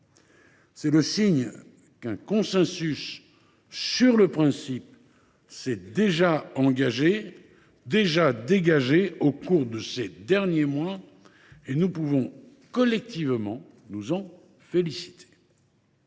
C’est le signe qu’un consensus sur le principe s’est déjà dégagé au cours de ces derniers mois. Nous pouvons collectivement nous en féliciter.